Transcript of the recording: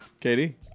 Katie